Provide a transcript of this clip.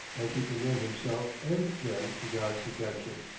and to commend himself and them to god's protection.